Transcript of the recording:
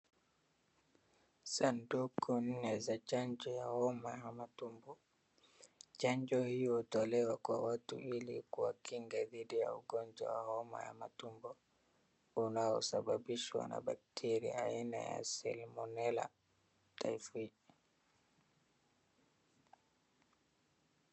Sanduku nne za chanjo ya homa ya matumbo. Chanjo hii hutolewa kwa watu ili kuwakinga dhidi ya ugonjwa wa homa ya matumbo unaosababishwa na bacteria aina ya Salmonella typhi .